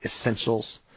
essentials